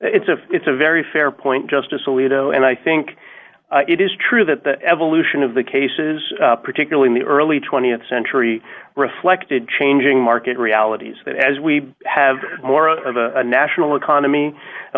it's a it's a very fair point justice alito and i think it is true that the evolution of the cases particularly in the early th century reflected changing market realities that as we have more of a national economy